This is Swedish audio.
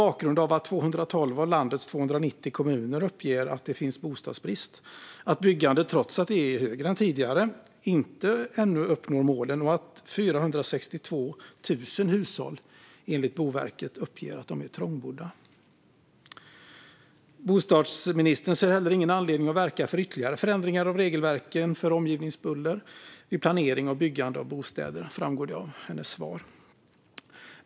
Bakgrunden är att 212 av landets 290 kommuner uppger att det finns bostadsbrist, att man ännu inte uppnår målet trots att det byggs mer än tidigare och att 462 000 hushåll enligt Boverket uppger att de är trångbodda. Bostadsministern ser ingen anledning att verka för ytterligare förändringar av regelverken för omgivningsbuller vid planering och byggande av bostäder - det framgår av hennes svar.